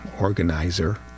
organizer